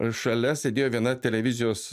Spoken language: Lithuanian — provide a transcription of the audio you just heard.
šalia sėdėjo viena televizijos